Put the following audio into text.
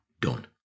done